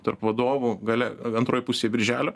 tarp vadovų gale o antroj pusėj birželio